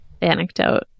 anecdote